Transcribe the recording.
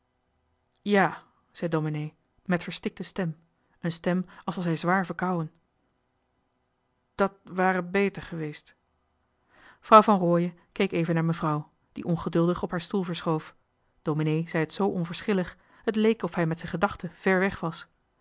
ja zei domenee met verstikte stem een stem als was hij zwaar verkouden dat ware beter geweest vrouw van rooien keek even naar mevrouw die ongeduldig op haar stoel verschoof domenee zei het zoo onverschillig het leek of hij met zijn gedachten ver weg was